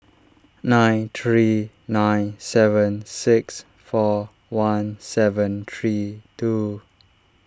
nine three nine seven six four one seven three two